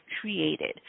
created